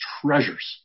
treasures